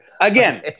Again